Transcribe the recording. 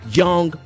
young